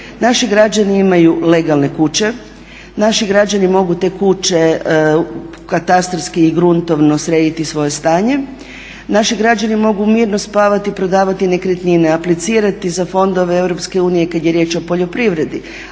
Naši građani imaju legalne kuće, naši građani mogu te kuće katastarski i gruntovno srediti svoje stanje, naši građani mogu mirno spavati i prodavati nekretnine, aplicirati za fondove EU kada je riječ o poljoprivredi,